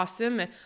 awesome